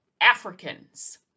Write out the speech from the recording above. Africans